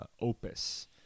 opus